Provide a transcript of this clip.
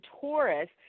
Taurus